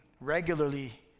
regularly